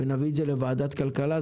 ונביא את זה לוועדת כלכלה,